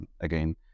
Again